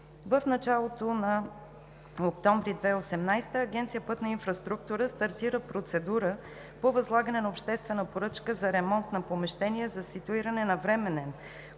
в началото на октомври 2018 г. Агенция „Пътна инфраструктура“ стартира процедура по възлагане на обществена поръчка за ремонт на помещение за ситуиране на временен